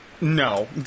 no